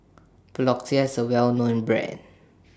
Floxia IS A Well known Brand